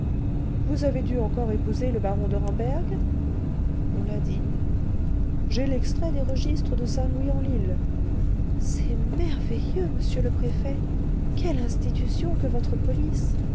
vous avez dû encore épouser le baron de ramberg on l'a dit j'ai l'extrait des registres de saint louis en lile c'est merveilleux monsieur le préfet quelle institution que votre police